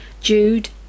Jude